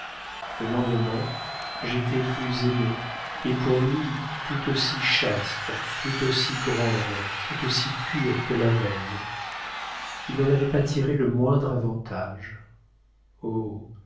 le lendemain j'étais plus aimée et pour lui tout aussi chaste tout aussi grande tout aussi pure que la veille il n'en avait pas tiré le moindre avantage